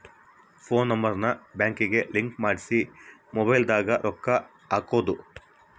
phone number ನ ಬ್ಯಾಂಕಿಗೆ link ಮಾಡ್ಸಿ ಮೊಬೈಲದಾಗ ರೊಕ್ಕ ಹಕ್ಬೊದು